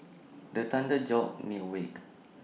the thunder jolt me awake